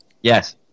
Yes